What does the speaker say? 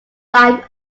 like